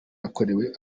yakorewe